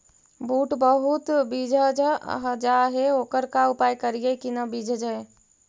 बुट बहुत बिजझ जा हे ओकर का उपाय करियै कि न बिजझे?